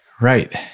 Right